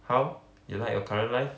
how you like your current life